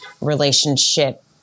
relationship